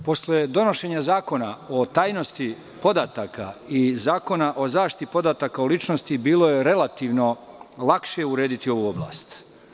Posle donošenja Zakona o tajnosti podataka i Zakona o zaštiti podataka o ličnosti bilo je relativno lakše urediti ovu oblast.